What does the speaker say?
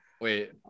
wait